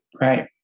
Right